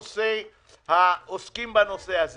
אנחנו פתרנו את כל נושא מורי דרך ואת כל העוסקים בנושא הזה.